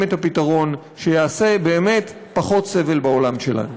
את הפתרון שיעשה באמת פחות סבל בעולם שלנו.